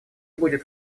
будет